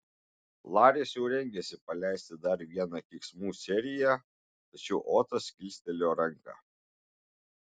laris jau rengėsi paleisti dar vieną keiksmų seriją tačiau otas kilstelėjo ranką